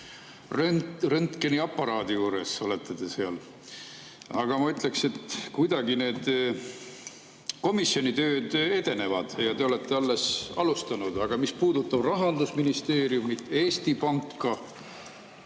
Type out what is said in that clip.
Röntgeniaparaadi juures olete te seal. Aga ma ütleks, et kuidagi need komisjoni tööd edenevad ja te olete alles alustanud, aga mis puudutab Rahandusministeeriumi, Eesti Panka,